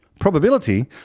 Probability